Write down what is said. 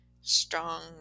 strong